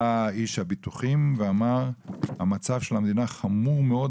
בא איש הביטוחים ואמר: ״המצב של המדינה חמור מאוד,